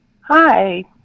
Hi